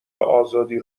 آزادی